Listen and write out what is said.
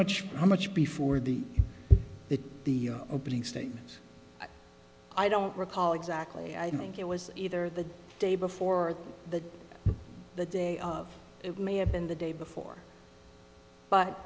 much how much before the the opening statement i don't recall exactly i think it was either the day before the the day of may have been the day before but